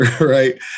Right